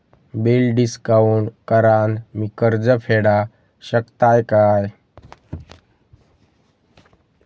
Bill discount करान मी कर्ज फेडा शकताय काय?